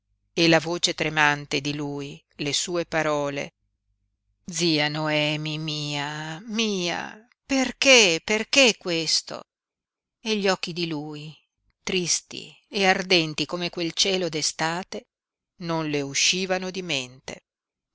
e la voce tremante di lui le sue parole zia noemi mia mia perché perché questo e gli occhi di lui tristi e ardenti come quel cielo d'estate non le uscivano di mente